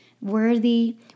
worthy